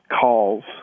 calls